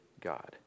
God